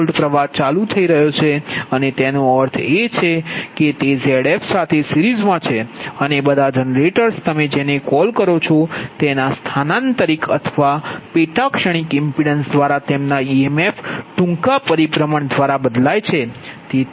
fault પ્ર્વાહ ચાલુ થઈ રહ્યો છે અને એનો અર્થ એ છે કે તે Zf સાથે સીરીઝમાં છે અને બધા જનરેટર્સ તમે જેને કોલ કરો છો તેના સ્થાનાંતરીક અથવા પેટા ક્ષણિક ઇમ્પિડન્સ દ્વારા તેમના ઇએમએફ ટૂંકા પરિભ્રમણ દ્વારા બદલાય છે